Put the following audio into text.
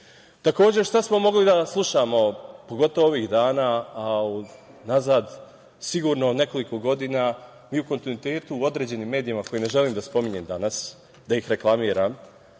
vidimo. Takođe, šta smo mogli da slušamo, pogotovo ovih dana, a unazad sigurno nekoliko godina, u kontinuitetu u određenim medijima, koje ne želim da spominjem danas, da ih reklamiram